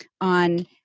on